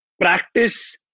practice